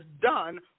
done